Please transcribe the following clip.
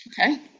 Okay